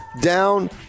down